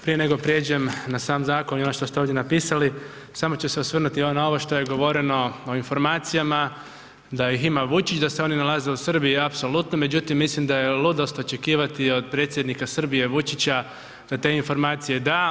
Prije nego prijeđem na sam zakon i ono što ste ovdje napisali, samo ću se osvrnuti na ovo što je govoreno o informacijama, da ih ima Vučić, da se one nalaze u Srbiji, apsolutno, međutim mislim da je ludost očekivati od predsjednika Srbije Vučića da te informacije da.